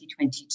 2022